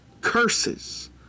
curses